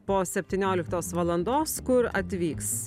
po septynioliktos valandos kur atvyks